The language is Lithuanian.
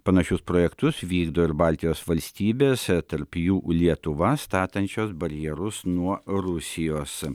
panašius projektus vykdo ir baltijos valstybės tarp jų lietuva statančios barjerus nuo rusijos